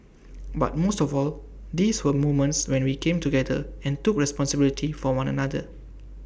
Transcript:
but most of all these were moments when we came together and took responsibility for one another